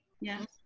Yes